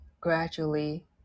gradually